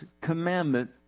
commandment